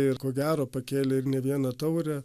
ir ko gero pakėlė ir ne vieną taurę